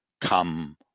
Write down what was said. come